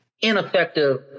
ineffective